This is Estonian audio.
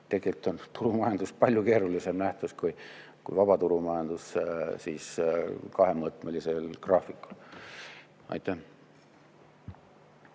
Tegelikult on turumajandus palju keerulisem nähtus kui vabaturumajandus kahemõõtmelisel graafikul. Aitäh!